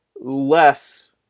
less